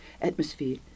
atmosphere